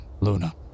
Luna